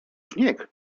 śnieg